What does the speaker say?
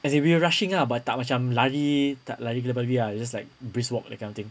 as in we were rushing up but tak macam lari tak lari ah just like brisk walk that kind of thing